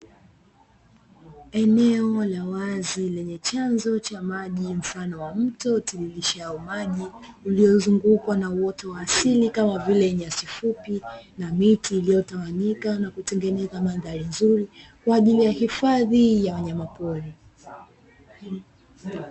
Eneo la wazi lenye chanzo cha maji mfano wa mto utiririshao maji, uliozungukwa na uoto wa asili kama vile nyasi fupi na miti iliyotawanyika, na kutengeneza mandhari nzuri kwa ajili ya hifadhi ya wanyamapori.